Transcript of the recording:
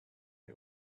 are